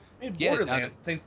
Borderlands